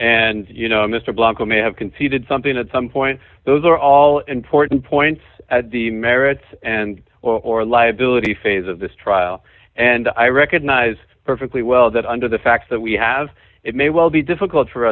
and you know mr blanco may have conceded something at some point those are all important points at the merits and or liability phase of this trial and i recognize perfectly well that under the facts that we have it may well be difficult for